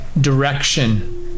direction